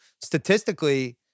statistically